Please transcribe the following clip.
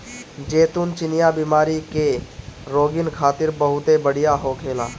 जैतून चिनिया बीमारी के रोगीन खातिर बहुते बढ़िया होखेला